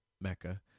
Mecca